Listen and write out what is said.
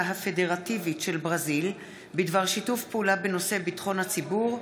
הפדרטיבית של ברזיל בדבר שיתוף פעולה בנושא ביטחון הציבור,